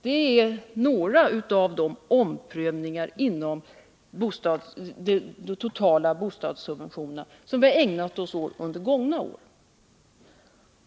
Detta är några av de omprövningar av de totala bostadssubventionerna som vi har gjort under de gångna åren.